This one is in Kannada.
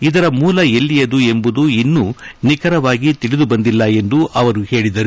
ಇದರ ಮೂಲ ಎಲ್ಲಿಯದು ಎಂಬುದು ಇನ್ನೂ ನಿಖರವಾಗಿ ತಿಳಿದು ಬಂದಿಲ್ಲ ಎಂದು ಅವರು ಪೇಳಿದರು